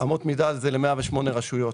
אמות מידה ל-108 רשויות,